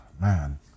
man